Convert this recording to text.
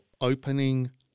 opening